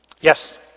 Yes